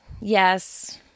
Yes